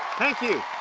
thank you